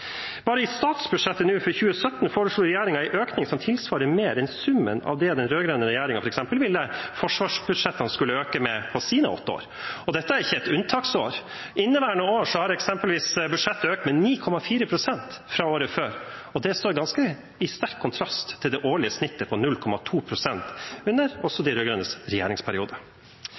Bare i statsbudsjettet for 2017 foreslår regjeringen en økning som tilsvarer mer enn summen av det den rød-grønne regjeringen f.eks. ville at forsvarsbudsjettene skulle øke med på sine åtte år. Og dette er ikke et unntaksår. I inneværende år har budsjettet økt med eksempelvis 9,4 pst. fra året før. Det står også i ganske sterk kontrast til det årlige snittet på 0,2 pst. i de rød-grønnes regjeringsperiode.